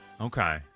Okay